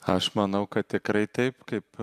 aš manau kad tikrai taip kaip